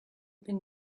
been